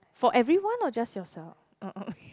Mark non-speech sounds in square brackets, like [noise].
for everyone or just yourself [noise]